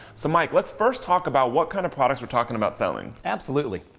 so mike, let's first talk about what kind of products we're talking about selling. absolutely.